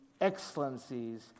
excellencies